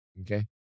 Okay